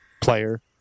Player